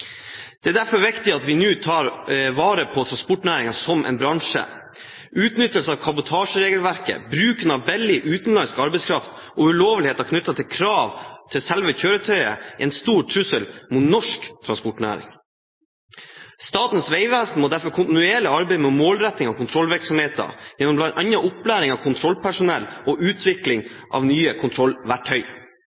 Det er derfor viktig at vi nå tar vare på transportnæringen som en bransje. Utnyttelse av kabotasjeregelverket, bruken av billig utenlandsk arbeidskraft og ulovligheter knyttet til krav til selve kjøretøyet er en stor trussel mot norsk transportnæring. Statens vegvesen må derfor kontinuerlig arbeide med målretting av kontrollvirksomheter, gjennom bl.a. opplæring av kontrollpersonell og utvikling av nye kontrollverktøy.